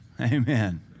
Amen